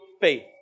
faith